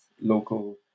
local